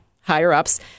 higher-ups